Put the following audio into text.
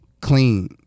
clean